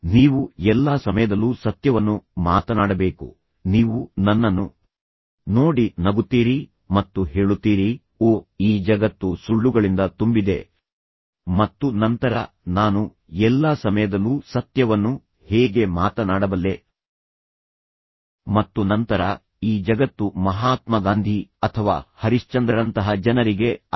ನೀವು ಎಲ್ಲಾ ಸಮಯದಲ್ಲೂ ಸತ್ಯವನ್ನು ಮಾತನಾಡಬೇಕು ನೀವು ನನ್ನನ್ನು ನೋಡಿ ನಗುತ್ತೀರಿ ಮತ್ತು ಹೇಳುತ್ತೀರಿ ಓ ಈ ಜಗತ್ತು ಸುಳ್ಳುಗಳಿಂದ ತುಂಬಿದೆ ಮತ್ತು ನಂತರ ನಾನು ಎಲ್ಲಾ ಸಮಯದಲ್ಲೂ ಸತ್ಯವನ್ನು ಹೇಗೆ ಮಾತನಾಡಬಲ್ಲೆ ಮತ್ತು ನಂತರ ಈ ಜಗತ್ತು ಮಹಾತ್ಮ ಗಾಂಧಿ ಅಥವಾ ಹರಿಶ್ಚಂದ್ರರಂತಹ ಜನರಿಗೆ ಅಲ್ಲ